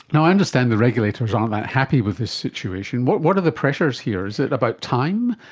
i understand the regulators aren't that happy with this situation. what what are the pressures here? is it about time?